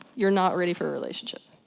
you're not ready for a relationship.